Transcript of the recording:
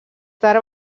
tard